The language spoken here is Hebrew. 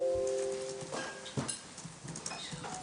זה שיתוף פעולה ארוך שנים עם הוועדה בכלל ותענוג לעבוד